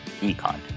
econ